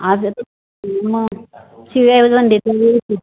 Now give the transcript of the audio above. आज मग शिव्या पण देतील